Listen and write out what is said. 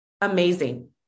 Amazing